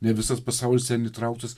ne visas pasaulis ten įtrauktas